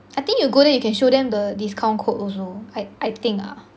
I think you go there you can show them the discount code also I I think ah